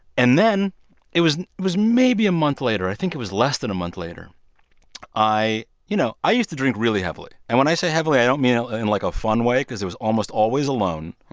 and then it was was maybe a month later. i think it was less than a month later i, you know, i used to drink really heavily. and when i say heavily, i don't mean ah it in, like, a fun way because it was almost always alone.